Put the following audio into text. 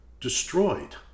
destroyed